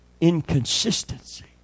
inconsistency